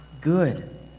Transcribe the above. good